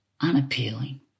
unappealing